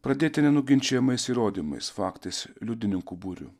pradėti nenuginčijamais įrodymais faktais liudininkų būriu